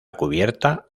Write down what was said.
cubierta